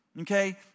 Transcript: okay